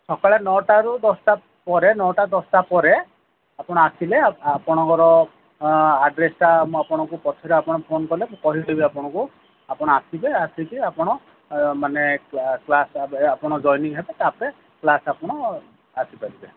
ସକାଳେ ନଅଟାରୁ ଦଶଟା ପରେ ନଅଟା ଦଶଟା ପରେ ଆପଣ ଆସିଲେ ଆପଣଙ୍କର ଆଡ୍ରେସ୍ଟା ମୁଁ ଆପଣଙ୍କୁ ପଛରେ ଆପଣ ଫୋନ୍ କଲେ ମୁଁ କହିଦେବି ଆପଣଙ୍କୁ ଆପଣ ଆସିବେ ଆସିକି ଆପଣ ମାନେ କ୍ଲାସ୍ କ୍ଲାସ୍ରେ ଆପଣ ଜଏନିଙ୍ଗ୍ ହେବେ ତାପରେ କ୍ଲାସ୍ ଆପଣ ଆସି ପାରିବେ